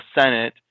Senate